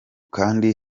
kandi